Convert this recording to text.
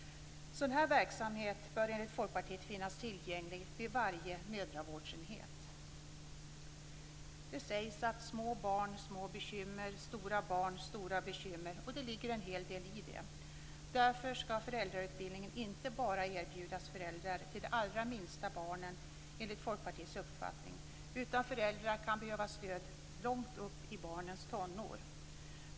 Sådan verksamhet bör enligt Folkpartiet finnas tillgänglig vid varje mödravårdsenhet. Det sägs "små barn, små bekymmer - stora barn, stora bekymmer", och det ligger en hel del i detta. Därför skall föräldrautbildningen inte bara erbjudas föräldrar till de allra minsta barnen, enligt Folkpartiets uppfattning, utan föräldrar kan behöva stöd långt upp i barnens tonår.